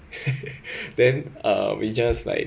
then uh we just like